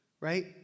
Right